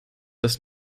das